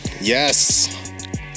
Yes